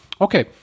Okay